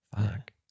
Fuck